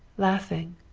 laughing.